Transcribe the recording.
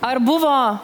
ar buvo